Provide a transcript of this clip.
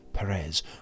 Perez